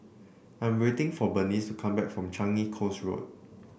I'm waiting for Bernice come back from Changi Coast Road